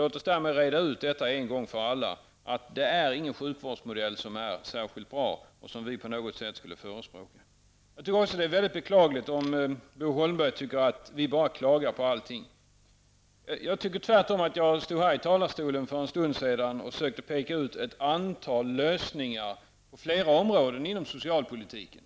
Låt oss härmed reda ut en gång för alla att detta inte är en särskilt bra sjukvårdsmodell och inte en modell som vi på något sätt skulle förespråka. Det är mycket beklagligt om Bo Holmberg anser att vi moderater bara klagar på allting. Jag stod tvärtom här i talarstolen för en stund sedan och försökte peka ut ett antal lösningar på flera områden inom socialpolitiken.